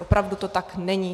Opravdu to tak není.